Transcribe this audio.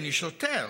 אני שוטר,